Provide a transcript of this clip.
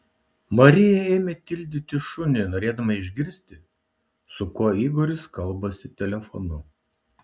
marija ėmė tildyti šunį norėdama išgirsti su kuo igoris kalbasi telefonu